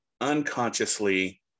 unconsciously